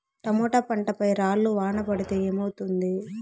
Tomato పంట పై రాళ్లు వాన పడితే ఏమవుతుంది?